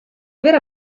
aver